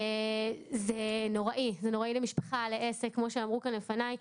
זה נוראי למשפחה, לעסק, כמו שאמרו כאן לפניי.